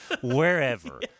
wherever